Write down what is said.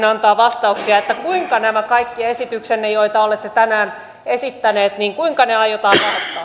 antaa vastauksia kuinka nämä kaikki esityksenne joita olette tänään esittäneet aiotaan